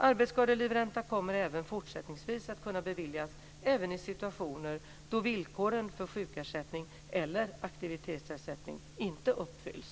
Arbetsskadelivränta kommer fortsättningsvis att kunna beviljas även i situationer då villkoren för sjukersättning eller aktivitetsersättning inte uppfylls.